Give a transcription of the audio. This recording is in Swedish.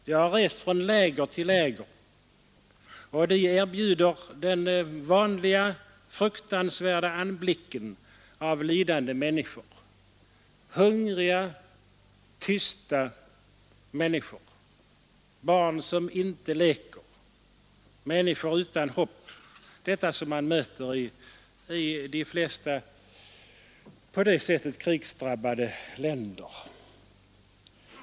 Jag har rest från läger till läger, och de erbjuder den vanliga fruktansvärda anblicken av lidande — hungriga, tysta människor, barn som inte leker, människor utan hopp, detta som man möter i de flesta på det sättet krigsdrabbade länder.